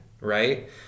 right